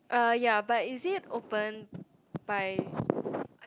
uh ya but is it open by